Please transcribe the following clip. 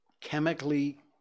chemically